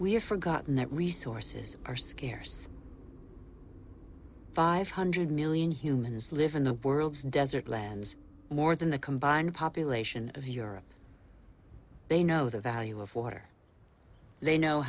we have forgotten that resources are scarce five hundred million humans live in the world's desert lands more than the combined population of europe they know the value of water they know